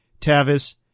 Tavis